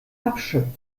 abschöpfen